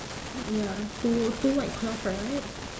ya two two white cloth right